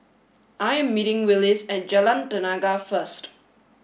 I am meeting Willis at Jalan Tenaga first